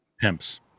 Pimps